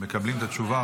מקבלים את התשובה?